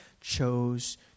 chose